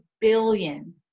billion